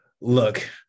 look